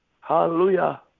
Hallelujah